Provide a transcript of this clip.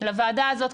לוועדה הזו,